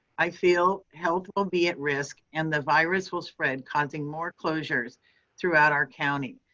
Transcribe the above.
i feel health will be at risk and the virus will spread causing more closures throughout our county.